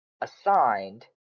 assigned